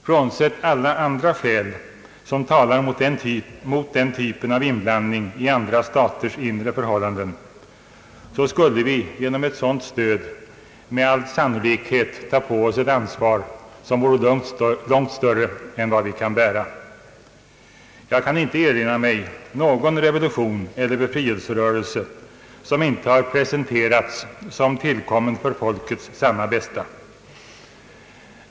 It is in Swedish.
Frånsett alla andra skäl som talar mot den typen av inblandning i andra staters inre förhållanden skulle vi genom ett sådant stöd med all sannolikhet ta på oss ett ansvar som vore långt större än vi kan bära. Jag kan inte erinra mig någon revolution eller befrielserörelse som inte har presenterats som tillkommen för folkets sanna bästa.